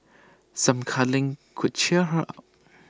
some cuddling could cheer her up